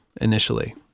initially